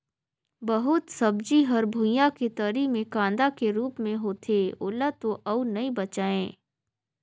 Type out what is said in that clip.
बहुत सब्जी हर भुइयां के तरी मे कांदा के रूप मे होथे ओला तो अउ नइ बचायें